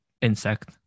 insect